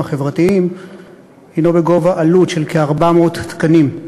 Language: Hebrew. החברתיים הִנו בגובה עלות של כ-400 תקנים.